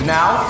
now